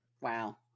Wow